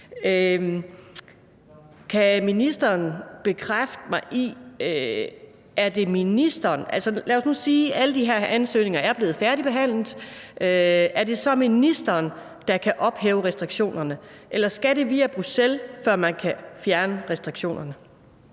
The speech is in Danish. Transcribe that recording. Kan ministeren så bekræfte mig i, at det er ministeren, der kan ophæve restriktionerne? Eller skal det via Bruxelles, før man kan fjerne restriktionerne?